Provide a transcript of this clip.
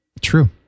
True